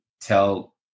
tell